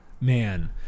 Man